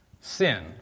sin